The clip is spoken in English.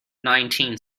nineteen